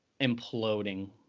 imploding